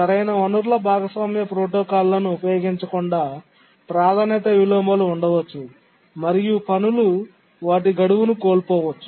సరైన వనరుల భాగస్వామ్య ప్రోటోకాల్లను ఉపయోగించకుండా ప్రాధాన్యత విలోమాలు ఉండవచ్చు మరియు పనులు వాటి గడువును కోల్పోవచ్చు